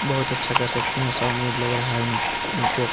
बहुत अच्छा कर सकते है ऐसा उम्मीद लग रहा हैं उन उनको